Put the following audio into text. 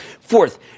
Fourth